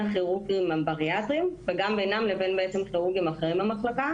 הכירורגים הבריאטריים וגם בינם לבין כירורגים אחרים במחלקה,